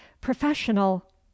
professional